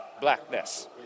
blackness